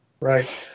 Right